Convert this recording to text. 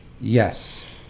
yes